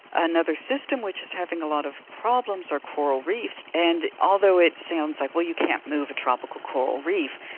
another system which is having a lot of problems are coral reefs, and although it sounds like, well, you can't move a tropical coral reef,